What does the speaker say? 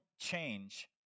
change